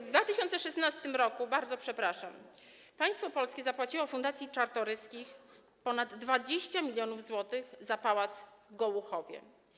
W 2016 r., bardzo przepraszam, państwo polskie zapłaciło fundacji Czartoryskich ponad 20 mln zł za pałac w Gołuchowie.